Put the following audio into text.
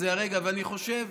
ואני חושב,